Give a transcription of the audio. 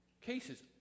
cases